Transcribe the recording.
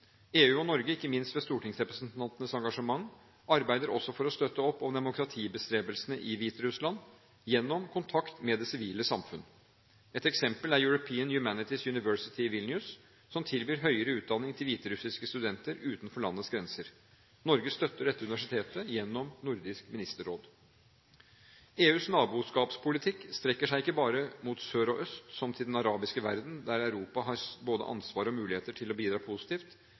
EU og Norge – ikke minst ved stortingsrepresentantenes engasjement – arbeider også for å støtte opp om demokratibestrebelsene i Hviterussland gjennom kontakt med det sivile samfunn. Ett eksempel er European Humanities University i Vilnius, som tilbyr høyere utdanning til hviterussiske studenter utenfor landets grenser. Norge støtter dette universitetet gjennom Nordisk ministerråd. EUs naboskapspolitikk strekker seg ikke bare mot sør og øst – som til den arabiske verden, der Europa har både ansvar og muligheter til å bidra positivt.